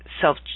self